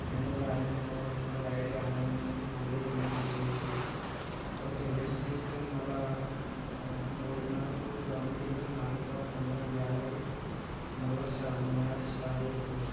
అయినా కూడా అన్నీ వినపడకుండా లైట్గా అన్నం తిని మళ్ళీ రెండింటికి లేచి కాసేపు రెస్ట్ తీసుకుని మళ్ళా మూడున్నరకి గ్రౌండ్కి వెళ్ళి నాలుగింటి వరకు అందరం గేదర్ అయ్యి మళ్ళా స్టా మ్యాచ్ స్టార్ట్ చేస్తాం